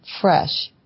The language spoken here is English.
fresh